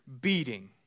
beating